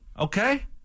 Okay